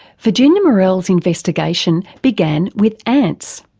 virginia morell's investigation began with ants.